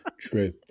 True